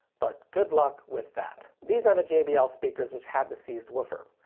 but good luck with that these are the jbl speakers which had the seized woofer.